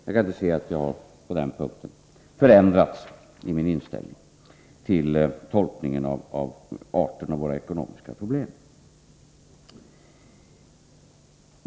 Jag kan inte se att jag på den punkten skulle ha förändrats i min inställning till tolkningen av arten av våra ekonomiska problem.